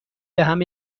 بهم